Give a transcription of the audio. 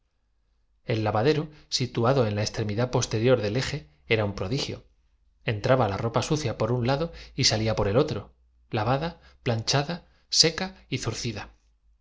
el lavadero situado en la extremidad posterior del la observación era tan justa que el políglota no eje era un prodigio entraba la ropa sucia por un lado tuvo nada que objetar verdad es que todo hubiera y salla por el otro lavada planchada seca y zurcida